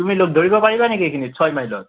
তুমি লগ ধৰিব পাৰিবা নেকি এইখিনিত ছয়মাইলত